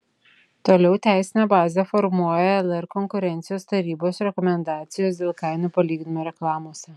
toliau teisinę bazę formuoja lr konkurencijos tarybos rekomendacijos dėl kainų palyginimo reklamose